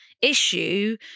Issue